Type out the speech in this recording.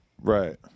Right